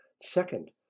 Second